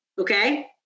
okay